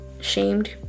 shamed